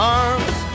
arms